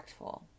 impactful